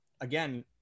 again